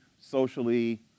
socially